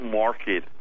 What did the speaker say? market